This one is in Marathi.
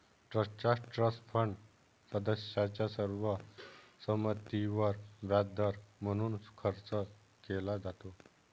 ट्रस्टचा ट्रस्ट फंड सदस्यांच्या सर्व संमतीवर व्याजदर म्हणून खर्च केला जातो